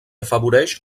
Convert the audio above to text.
afavoreix